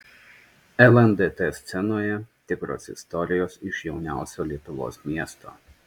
lndt scenoje tikros istorijos iš jauniausio lietuvos miesto